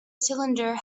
cylinder